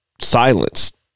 silenced